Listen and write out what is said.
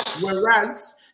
Whereas